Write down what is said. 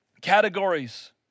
categories